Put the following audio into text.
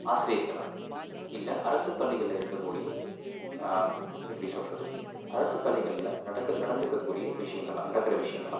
ஆசிரியர்களா இல்லை அரசு பள்ளிகளில் இருக்கக்கூடிய எப்படி சொல்கிறது அரசுப் பள்ளிகளில் நடக்க நடந்துக்கக்கூடிய விஷயங்கள் நடக்கிற விஷயங்களா